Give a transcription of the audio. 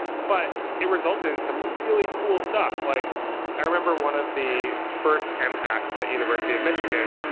but it resulted in some really cool stuff. like i remember one of the first m hacks at university of michigan,